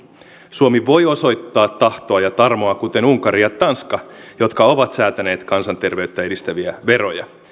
suomi voi osoittaa tahtoa ja tarmoa kuten unkari ja tanska jotka ovat säätäneet kansanterveyttä edistäviä veroja